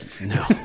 No